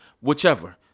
whichever